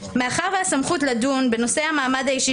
מאחר והסמכות לדון בנושא המעמד האישי